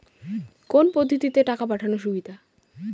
কোন পদ্ধতিতে টাকা পাঠানো সুবিধা?